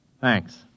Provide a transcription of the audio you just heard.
Thanks